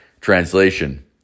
Translation